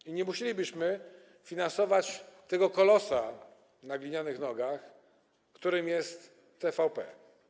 I nie musielibyśmy finansować tego kolosa na glinianych nogach, którym jest TVP.